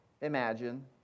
imagine